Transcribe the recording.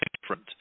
different